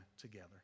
together